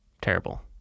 Terrible